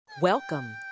Welcome